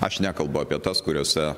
aš nekalbu apie tas kuriose